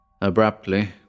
Abruptly